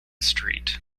street